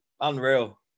unreal